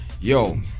Yo